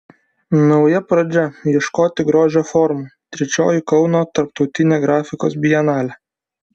nauja pradžia ieškoti grožio formų trečioji kauno tarptautinė grafikos bienalė